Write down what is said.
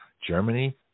Germany